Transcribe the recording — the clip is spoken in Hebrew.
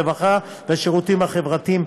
הרווחה והשירותים החברתיים,